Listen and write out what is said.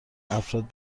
افراد